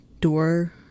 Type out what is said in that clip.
door